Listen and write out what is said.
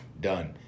done